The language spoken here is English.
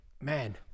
man